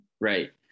Right